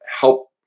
help